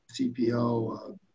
CPO